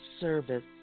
service